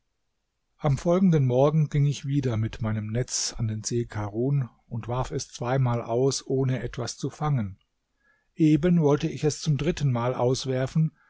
am folgenden morgen ging ich wieder mit meinem netz an den see karun und warf es zweimal aus ohne etwas zu fangen eben wollte ich es zum drittenmal auswerfen